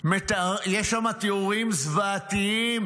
יש שם תיאורים זוועתיים